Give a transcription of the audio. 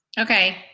Okay